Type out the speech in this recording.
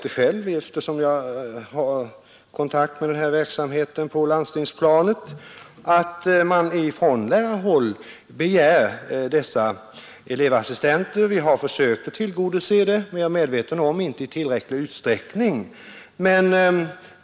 Då jag har kontakt med den verksamheten på landstingsplanet vet jag att man från lärarhåll begär att få elevassistenter, och vi har försökt att tillgodose det önskemålet. Men jag är medveten om att vi inte har lyckats med den saken i tillräcklig utsträckning.